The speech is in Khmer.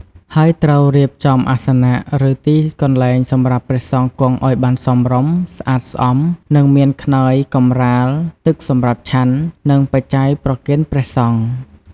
ហើយត្រូវរៀបចំអាសនៈ ឬទីកន្លែងសម្រាប់ព្រះសង្ឃគង់ឲ្យបានសមរម្យ ស្អាតស្អំ និងមានខ្នើយ កម្រាល ទឹកសម្រាប់ឆាន់ និងបច្ច័យប្រគេនព្រះសង្ឃ។